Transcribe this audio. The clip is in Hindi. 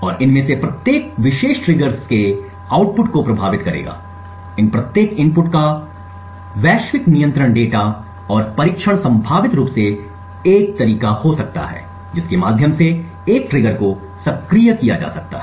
और इनमें से प्रत्येक विशेष ट्रिगर्स के आउटपुट को प्रभावित करेगा इन प्रत्येक इनपुट्स का वैश्विक नियंत्रण डेटा और परीक्षण संभावित रूप से एक तरीका हो सकता है जिसके माध्यम से एक ट्रिगर को सक्रिय किया जा सकता है